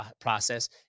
process